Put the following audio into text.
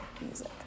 Music